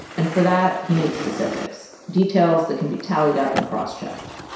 and for that, he needs specifics, details that can be tallied up and cross-checked.